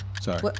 Sorry